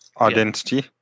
Identity